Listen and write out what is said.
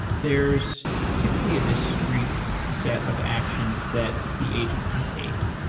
there's typically a discrete set of actions that the agent can take.